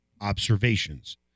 Observations